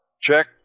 check